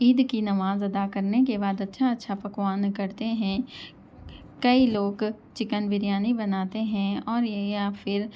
عید کی نماز ادا کرنے کے بعد اچھا اچھا پکوان کرتے ہیں کئی لوگ چکن بریانی بناتے ہیں اور یا پھر